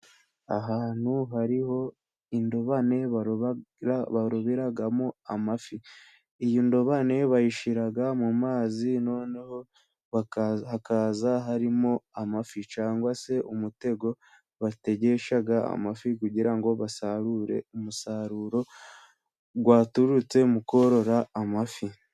Ahantu hariho indobane baroberamo amafi, iyo ndobane bayishyira mu mazi noneho hakaza harimo amafi cyangwa se umutego bategesha amafi kugira ngo basarure umusaruro waturutse mu korora amafi.